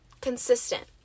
Consistent